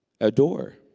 adore